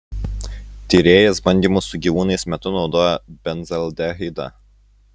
tyrėjas bandymų su gyvūnais metu naudojo benzaldehidą